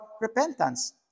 repentance